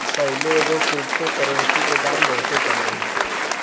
पाहिले एगो crypto currency के दाम बहुते कम रहे